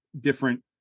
different